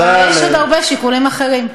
אבל יש עוד הרבה שיקולים אחרים.